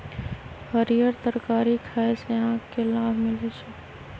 हरीयर तरकारी खाय से आँख के लाभ मिलइ छै